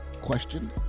questioned